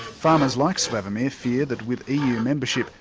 farmers like svavamere fear that with eu membership,